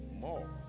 More